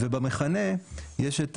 ובמכנה יש את